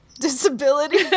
disability